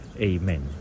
Amen